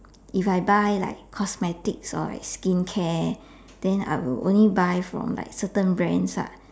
if I buy like cosmetics or like skin care then I will only buy from like certain brands lah